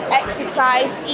exercise